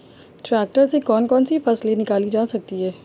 Tractor से कौन कौनसी फसल निकाली जा सकती हैं?